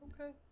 Okay